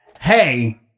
hey